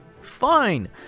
fine